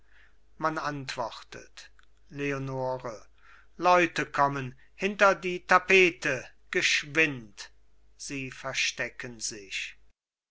man antwortet leonore leute kommen hinter die tapete geschwind sie verstecken sich